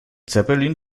zeppelin